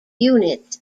units